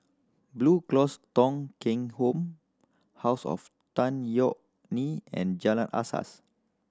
Blue Cross Thong Kheng Home House of Tan Yeok Nee and Jalan Asas